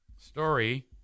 story